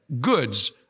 goods